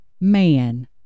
man